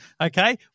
okay